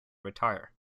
retire